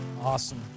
awesome